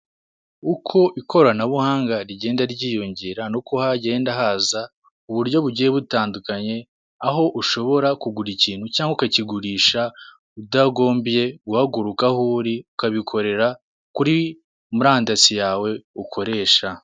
Uko ikoranabuhanga rigenda ryiyongera, ni ko hagenda haza uburyo bugiye butandukanye, aho ushobora kugura ikintu cyangwa ukakigurisha utagombye guhaguruka aho uri, ukabikorera kuri murandasi yawe ukoresha.